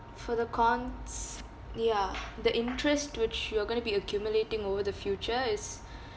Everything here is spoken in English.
for the cons ya the interest which you are going to be accumulating over the future is